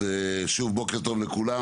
שוב, בוקר טוב לכולם.